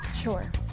Sure